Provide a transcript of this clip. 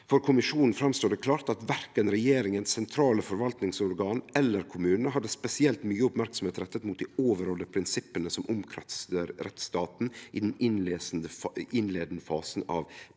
«For kommisjonen framstår det klart at verken regjeringen, sentrale forvaltningsorganer eller kommunene hadde spesielt mye oppmerksomhet rettet mot de overordnete prinsippene som omkranser rettsstaten i den innledende fasen av